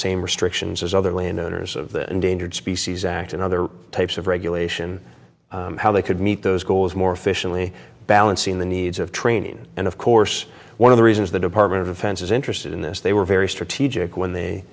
same restrictions as other land owners of the endangered species act and other types of regulation how they could meet those goals more efficiently balancing the needs of training and of course one of the reasons the department of defense is interested in this they were very strategic when they